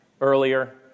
earlier